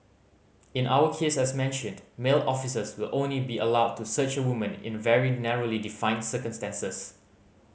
in our case as mentioned male officers will only be allowed to search a woman in very narrowly defined circumstances